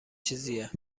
چیزیه